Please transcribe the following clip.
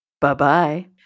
Bye-bye